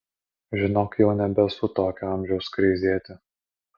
žinok jau nebesu tokio amžiaus kreizėti